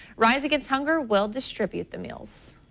rise against hunger will distribute the meals.